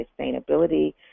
sustainability